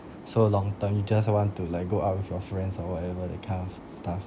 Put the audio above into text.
so long term you just want to like go out with your friends or whatever that kind of stuff `